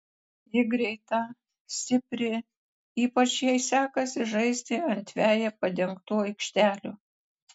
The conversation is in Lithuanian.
ji greita stipri ypač jai sekasi žaisti ant veja padengtų aikštelių